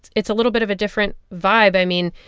it's a little bit of a different vibe. i mean,